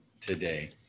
today